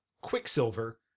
Quicksilver